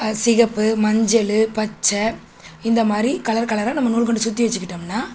சிவப்பு மஞ்சள் பச்சை இந்தமாதிரி கலர் கலராக நம்ம நூற்கண்டு சுற்றி வச்சிக்கிட்டோம்னால்